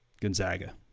Gonzaga